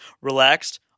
relaxed